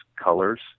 colors